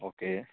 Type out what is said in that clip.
okay